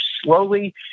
slowly